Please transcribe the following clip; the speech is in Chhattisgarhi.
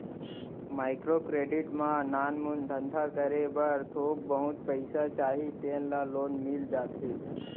माइक्रो क्रेडिट म नानमुन धंधा करे बर थोक बहुत पइसा चाही तेन ल लोन मिल जाथे